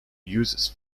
uses